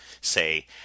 say